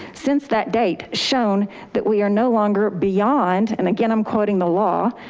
since that date shown that we are no longer beyond, and again, i'm quoting the law.